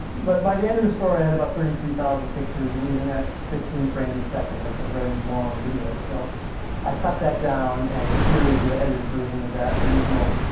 but by the end of the story i had thirty three thousand pictures and even at fifteen frames a second, that's a very long video so i cut that down and here is the edited version of that original.